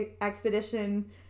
Expedition